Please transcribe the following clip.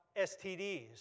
STDs